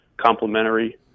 complementary